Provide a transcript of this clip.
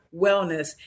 wellness